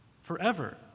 forever